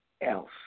else